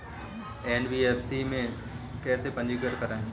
NBFC में कैसे पंजीकृत करें?